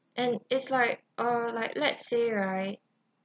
and it's like uh like let's say right